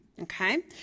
okay